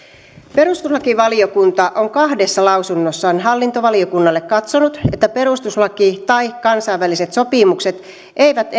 perustuslakivaliokunta on kahdessa lausunnossaan hallintovaliokunnalle katsonut että perustuslaki tai kansainväliset sopimukset eivät